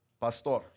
pastor